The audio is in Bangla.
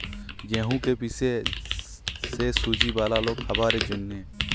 গেঁহুকে পিসে যে সুজি বালাল খাবারের জ্যনহে